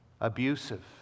abusive